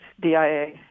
DIA